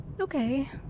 Okay